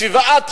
שבעה,